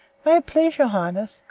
may it please your highness,